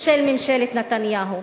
של ממשלת נתניהו,